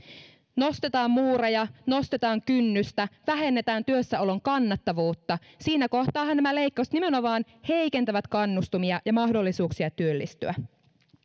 nostetaan muureja nostetaan kynnystä vähennetään työssäolon kannattavuutta siinä kohtaahan nämä leikkaukset nimenomaan heikentävät kannustimia ja mahdollisuuksia työllistyä ja